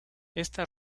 esta